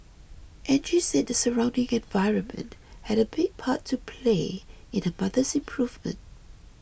Angie said the surrounding environment had a big part to play in her mother's improvement